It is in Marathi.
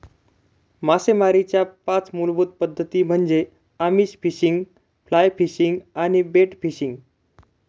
मासेमारीच्या पाच मूलभूत पद्धती म्हणजे आमिष फिशिंग, फ्लाय फिशिंग आणि बेट फिशिंग